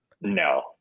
no